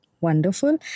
Wonderful